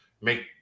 make